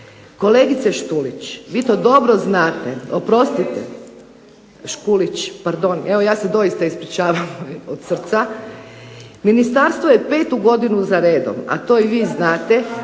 Kolegice Štulić, vi to dobro znate. …/Upadica se ne razumije./… Oprostite. Škulić, pardon, evo ja se doista ispričavam doista. Ministarstvo je petu godinu zaredom a to i vi znate